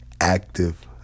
active